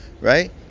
right